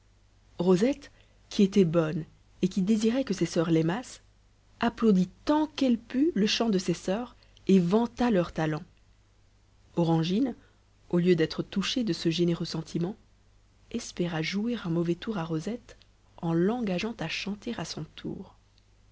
rosette qui était bonne et qui désirait que ses soeurs l'aimassent applaudit tant qu'elle put le chant de ses soeurs et vanta leur talent orangine au lieu d'être touchée de ce généreux sentiment espéra jouer un mauvais tour à rosette en l'engageant à chanter à son tour